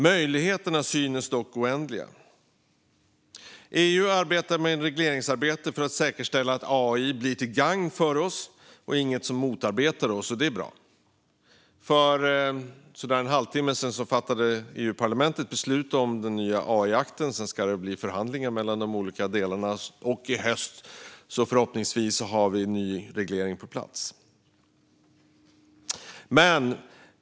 Möjligheterna synes oändliga. EU arbetar med ett regleringsarbete för att säkerställa att AI är till gagn för oss och inte motarbetar oss. Det är bra. För cirka en halvtimme sedan fattade EU-parlamentet beslut om den nya AI-akten, och nu blir det förhandlingar. I höst har vi förhoppningsvis en reglering på plats.